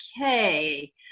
okay